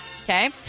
Okay